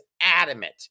adamant